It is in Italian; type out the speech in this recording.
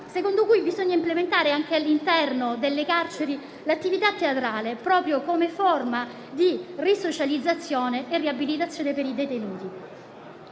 secondo cui bisogna implementare anche all'interno delle carceri l'attività teatrale proprio come forma di risocializzazione e riabilitazione per i detenuti.